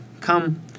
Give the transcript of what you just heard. come